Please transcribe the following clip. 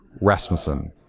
Rasmussen